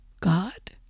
God